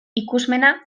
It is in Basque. ikusmena